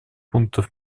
пунктов